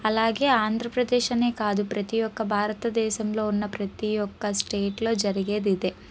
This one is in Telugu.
అలాగే ఆంధ్రప్రదేశ్ అనే కాదు ప్రతి ఒక్క భారతదేశంలో ఉన్న ప్రతి ఒక్క స్టేట్లో జరిగేది ఇదే